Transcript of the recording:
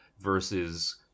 versus